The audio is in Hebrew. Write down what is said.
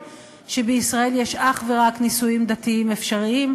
שבישראל יש אך ורק נישואין דתיים אפשריים,